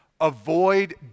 Avoid